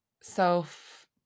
self